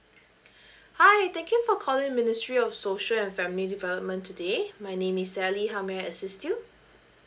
hi thank you for calling ministry of social and family development today my name is sally how may I assist you